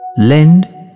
Lend